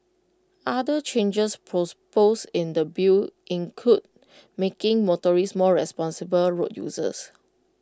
other changes pros posed in the bill include making motorists more responsible road users